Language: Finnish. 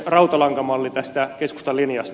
rautalankamalli tästä keskustan linjasta